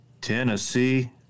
Tennessee